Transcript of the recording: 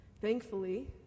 Thankfully